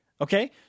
Okay